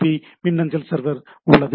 B மின்னஞ்சல் server உள்ளது